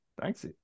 Thanks